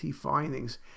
findings